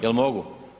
Jel mogu?